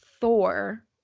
Thor